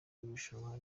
w’irushanwa